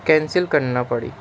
cancel کرنا پڑی